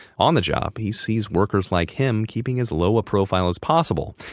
on the job, he sees workers like him keeping as low a profile as possible,